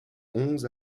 onze